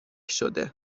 شده